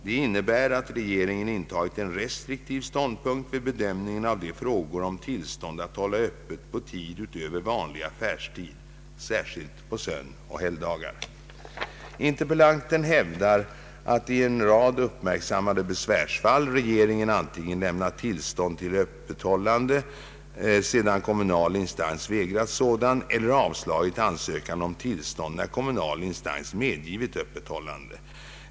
Det innebär att regeringen intagit en restriktiv ståndpunkt vid bedömningen av frågor om tillstånd att hålla öppet på tid utöver vanlig affärstid, särskilt på sönoch helgdagar. Interpellanten hävdar att i en rad uppmärksammade besvärsfall regeringen antingen lämnat tillstånd till öppethållande, sedan kommunal instans vägrat sådant, eller avslagit ansökan om tillstånd när kommunal instans medgivit öppethållande.